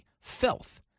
filth